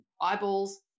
eyeballs